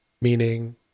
meaning